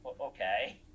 Okay